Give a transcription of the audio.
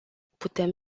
putem